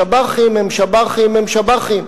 שב"חים הם שב"חים הם שב"חים,